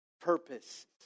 purpose